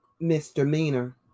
misdemeanor